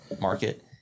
market